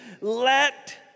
Let